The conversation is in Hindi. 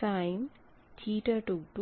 फिर sinθ22